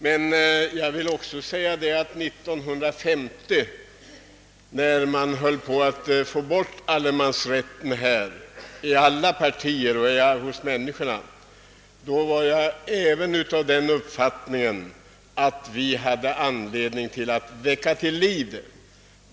Men jag vill också säga att 1950, när man över lag höll på med att få bort allemansrätten, var jag av den uppfattningen att vi hade anledning att väcka den till liv.